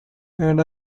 and